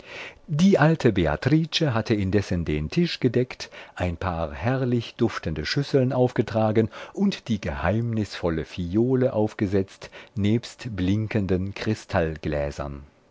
die alte beatrice hatte indessen den tisch gedeckt ein paar herrlich duftende schüsseln aufgetragen und die geheimnisvolle phiole aufgesetzt nebst blinkenden